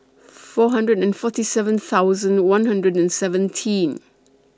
four hundred and forty seven thousand one hundred and seventeen